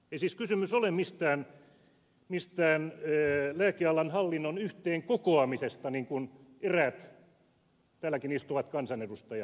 ei siis kysymys ole mistään lääkealan hallinnon yhteenkokoamisesta niin kuin eräät täälläkin istuvat kansanedustajat väittävät